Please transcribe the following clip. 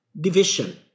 division